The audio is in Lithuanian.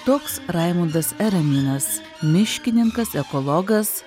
toks raimundas ereminas miškininkas ekologas